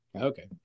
Okay